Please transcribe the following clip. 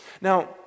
Now